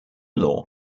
law